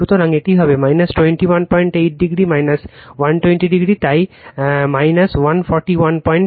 সুতরাং এটি হবে 218o 120o তাই 1418o